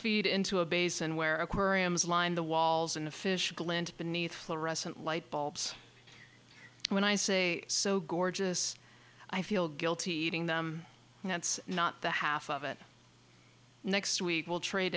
feed into a basin where aquariums line the walls and the fish glint beneath fluorescent light bulbs when i say so gorgeous i feel guilty eating them and that's not the half of it next week will trade